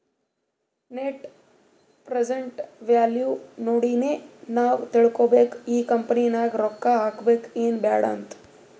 net present value ನೋಡಿನೆ ನಾವ್ ತಿಳ್ಕೋಬೇಕು ಈ ಕಂಪನಿ ನಾಗ್ ರೊಕ್ಕಾ ಹಾಕಬೇಕ ಎನ್ ಬ್ಯಾಡ್ ಅಂತ್